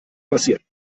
passieren